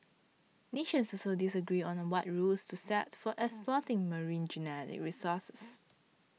nations also disagree on a what rules to set for exploiting marine genetic resources